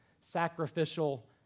sacrificial